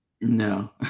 no